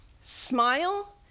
smile